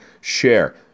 Share